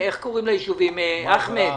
יישובים ערביים.